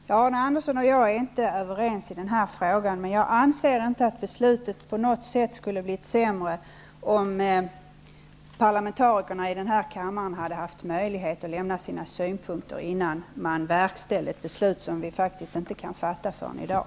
Herr talman! Arne Andersson och jag är inte överens i denna fråga, men jag anser inte att beslutet på något sätt skulle ha blivit sämre, om parlamentarikerna i denna kammare hade haft möjlighet att lämna sina synpunkter innan man verkställde ett beslut som vi faktiskt inte kan fatta förrän i dag.